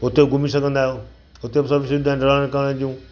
हुते बि घुमी सघंदा आहियो हुते बि सभु सुविधा रहण करण जूं